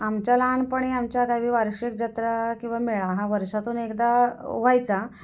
आमच्या लहानपणी आमच्या गावी वार्षिक जत्रा किंवा मेळा हा वर्षातून एकदा व्हायचा